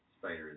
spider